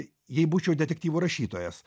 jei būčiau detektyvų rašytojas